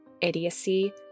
Idiocy